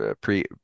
pre